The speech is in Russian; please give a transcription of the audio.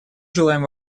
желаем